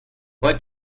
what